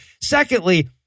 Secondly